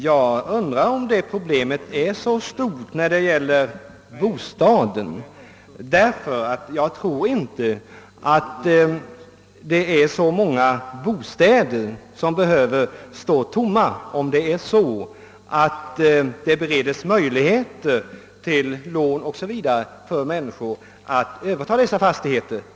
Jag undrar emellertid, herr Fagerlund, om problemet är så stort när det gäller bostaden, ty jag tror inte att det är så många bostäder som behöver stå tomma, om det skapas möjligheter för människorna att få lån o. s. v. för att överta dessa fastigheter.